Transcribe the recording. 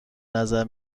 نظر